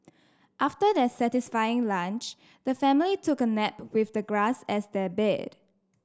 after their satisfying lunch the family took a nap with the grass as their bed